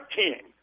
king